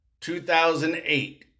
2008